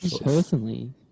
Personally